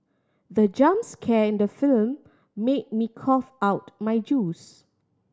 the jump scare in the film made me cough out my juice